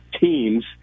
teams